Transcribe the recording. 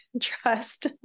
trust